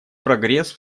прогресс